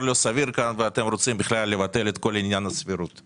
הוא שהחברה רוצה להעביר את הטיפול בלהבי הקומפרסור לארצות הברית,